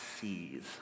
sees